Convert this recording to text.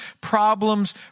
problems